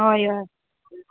हय हय